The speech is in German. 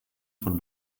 von